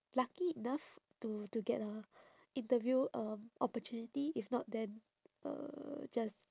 lucky enough to to get a interview um opportunity if not then uh just